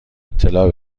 اطلاع